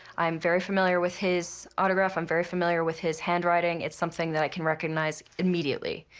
i'm very familiar with his autograph. i'm very familiar with his handwriting. it's something that i can recognize immediately.